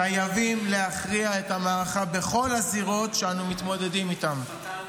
חייבים להכריע את המערכה בכל הזירות שאנו מתמודדים איתן.